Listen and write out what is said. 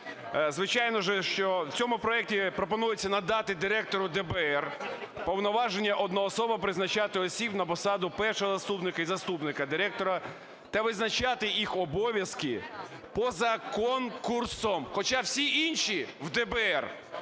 Звичайно, що в цьому проекті пропонується надати директору ДБР повноваження одноосібно призначати осіб на посаду першого заступника і заступника директора та визначати їх обов'язки поза конкурсом. Хоча всі інші в ДБР